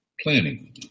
planning